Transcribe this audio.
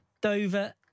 Dover